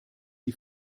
die